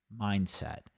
mindset